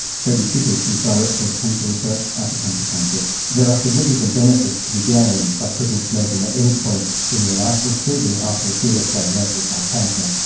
freddy sitas is director of cancer research at the cancer council. there are significant benefits to be gained by quitting smoking at any point in your life, including after a serious diagnosis like cancer.